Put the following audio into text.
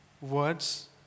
words